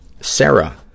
Sarah